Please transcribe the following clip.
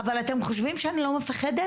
אבל אתם חושבים שאני לא מפחדת?